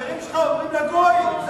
שהחברים שלך אומרים לגויים.